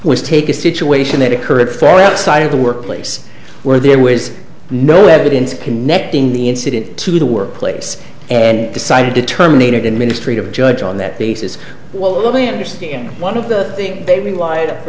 was take a situation that occurred far outside of the workplace where there was no evidence connecting the incident to the workplace and decided to terminate it in ministry of judge on that basis all of a understand one of the think they relied for